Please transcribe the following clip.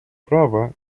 права